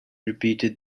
repeated